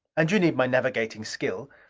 and you need my navigating skill.